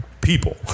people